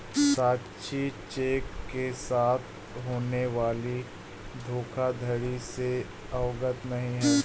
साक्षी cheque के साथ होने वाली धोखाधड़ी से अवगत नहीं है